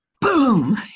Boom